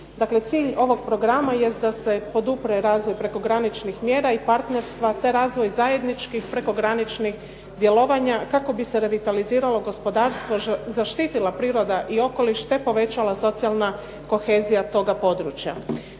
cilj ovog Programa jest da se podupre razvoj prekograničnih mjera i partnerstva te razvoj zajedničkih prekograničnih djelovanja kako bi se revitaliziralo gospodarstvo, zaštitila priroda i okoliš te povećala socijalna kohezija toga područja.